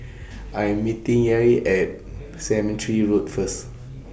I Am meeting Yair At War Cemetery Road First